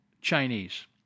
Chinese